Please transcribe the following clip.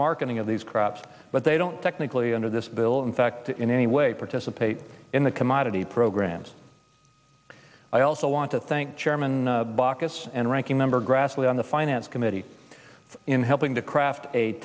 marketing of these crops but they don't technically under this bill in fact in any way participate in the commodity programs i also want to thank chairman baucus and ranking member grassley on the finance committee in helping to craft a